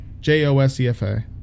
J-O-S-E-F-A